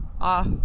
off